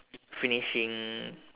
finishing